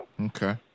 okay